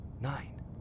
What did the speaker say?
Nine